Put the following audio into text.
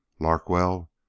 Larkwell